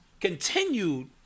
continued